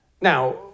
Now